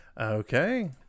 Okay